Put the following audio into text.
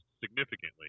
significantly